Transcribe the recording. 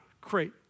Great